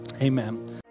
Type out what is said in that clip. amen